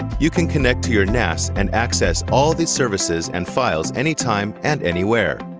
you can connect to your nas and access all the services and files anytime and anywhere.